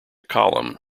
column